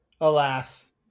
alas